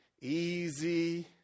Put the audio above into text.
easy